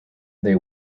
they